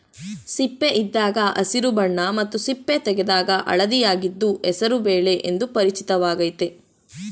ಸಿಪ್ಪೆಯಿದ್ದಾಗ ಹಸಿರು ಬಣ್ಣ ಮತ್ತು ಸಿಪ್ಪೆ ತೆಗೆದಾಗ ಹಳದಿಯಾಗಿದ್ದು ಹೆಸರು ಬೇಳೆ ಎಂದು ಪರಿಚಿತವಾಗಯ್ತೆ